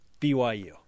BYU